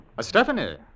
Stephanie